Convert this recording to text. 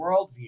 worldview